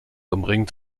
umringt